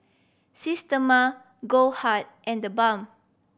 Systema Goldheart and TheBalm